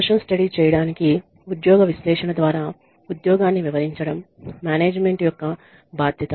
motion study చేయడానికి ఉద్యోగ విశ్లేషణ ద్వారా ఉద్యోగాన్ని వివరించడం మేనేజ్మెంట్ యొక్క బాధ్యత